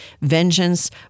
vengeance